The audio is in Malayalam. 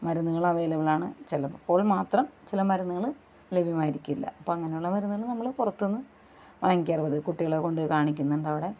മരുന്നുകൾ അവൈലബിൾ ആണ് ചിലപ്പോൾ മാത്രം ചില മരുന്നുകൾ ലഭ്യമായിരിക്കില്ല അപ്പോൾ അങ്ങനെയുള്ള മരുന്നുകൾ നമ്മൾ പുറത്തുനിന്ന് വാങ്ങിക്കാറാണ് പതിവ് കുട്ടികളെ കൊണ്ടുപോയി കാണിക്കുന്നുണ്ടവിടെ